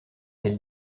elle